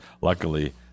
Luckily